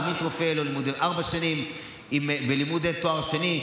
עמית רופא לומד ארבע שנים בלימודי תואר שני,